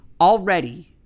Already